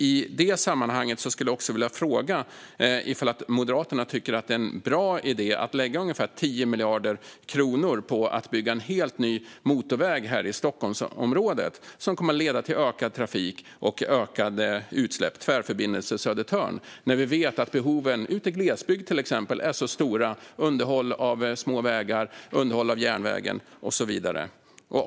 I det sammanhanget skulle jag också vilja fråga om Moderaterna tycker att det är en bra idé att lägga ungefär 10 miljarder kronor på att bygga en helt ny motorväg här i Stockholmsområdet - Tvärförbindelse Södertörn - som kommer att leda till ökad trafik och ökade utsläpp. Samtidigt vet vi ju att behoven är stora, till exempel ute i glesbygden, med underhåll av små vägar, underhåll av järnvägen och så vidare.